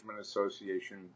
association